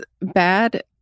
bad